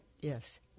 yes